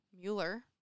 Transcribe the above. Mueller